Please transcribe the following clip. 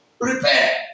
Prepare